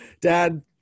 Dad